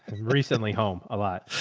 and recently home a lot.